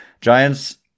Giants